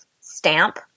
stamp